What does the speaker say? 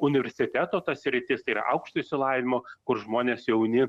universiteto ta sritis tai yra aukšto išsilavinimo kur žmonės jauni